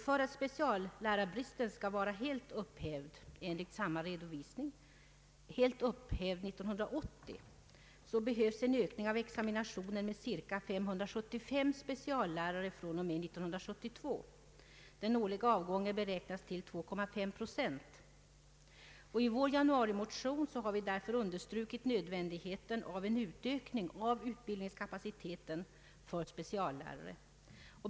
För att speciallärarbristen enligt samma redovisning skall vara helt upphävd år 1980 behövs en ökning av examinationen med cirka 575 speciallärare från och med 1972. Den årliga avgången beräknas till 2,3 procent. I vår januarimotion har vi därför understrukit nödvändigheten av en utökning av utbildningskapaciteten för speciallärare.